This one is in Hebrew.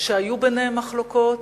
שהיו ביניהם מחלוקות,